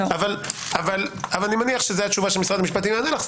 אני מניח שזה התשובה שמשרד המפשטים יענה לך.